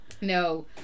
No